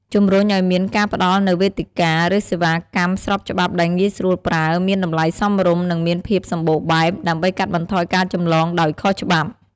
ជំរុញឱ្យមានការផ្តល់នូវវេទិកា ឬសេវាកម្មស្របច្បាប់ដែលងាយស្រួលប្រើ មានតម្លៃសមរម្យ និងមានភាពសម្បូរបែប ដើម្បីកាត់បន្ថយការចម្លងដោយខុសច្បាប់។